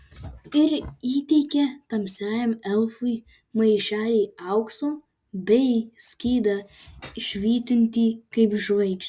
ir įteikė tamsiajam elfui maišelį aukso bei skydą švytintį kaip žvaigždė